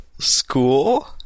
school